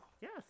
Yes